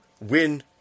win